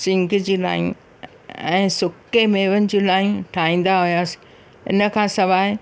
सिंघ जी लाइयूं ऐं सुके मेवनि जूं लाइयूं ठाहींदा हुआसीं इनखां सिवाइ